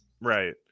Right